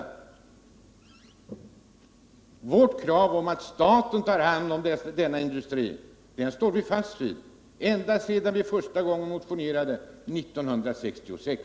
Vi står fast vid vårt krav att staten tar hand om denna industri, och det har vi gjort ända sedan vi motionerade i denna fråga år 1966.